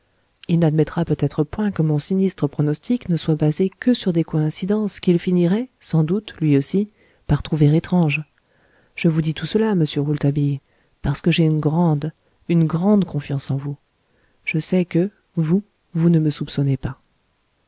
il n'admettra peut-être point que mon sinistre pronostic ne soit basé que sur des coïncidences qu'il finirait sans doute lui aussi par trouver étranges je vous dis tout cela monsieur rouletabille parce que j'ai une grande une grande confiance en vous je sais que vous vous ne me soupçonnez pas